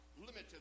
limited